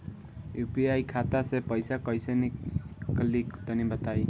UPI खाता से पइसा कइसे निकली तनि बताई?